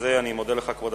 ביום י"ג בטבת